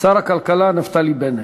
שר הכלכלה נפתלי בנט.